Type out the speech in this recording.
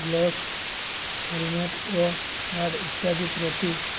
gloves helmet ଓ guard ଇତ୍ୟାଦି ପ୍ରତି